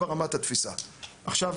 עכשיו,